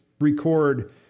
record